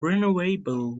renewable